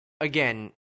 again